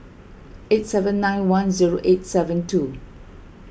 eight seven nine one zero eight seven two